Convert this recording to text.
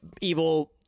evil